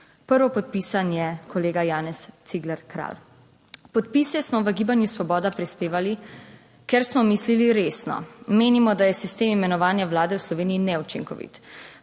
Prvopodpisan je kolega Janez Cigler Kralj. Podpise smo v Gibanju Svoboda prispevali, ker smo mislili resno. Menimo, da je sistem imenovanja vlade v Sloveniji neučinkovit.